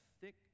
thick